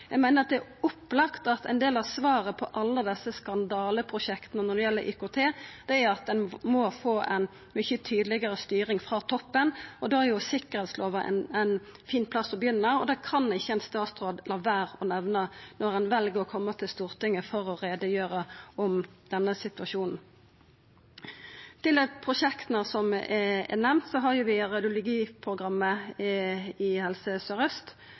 Eg meiner det er opplagt at ein del av svaret på alle desse skandaleprosjekta når det gjeld IKT, er at ein må få ei mykje tydelegare styring frå toppen. Da er sikkerheitslova ein fin plass å begynna, og det kan ikkje ein statsråd la vera å nemna når ein vel å koma til Stortinget for å gjera greie for denne situasjonen. Blant dei prosjekta som er nemnde, har vi radiologiprogrammet i Helse Sør-Aust, som har vore i gang i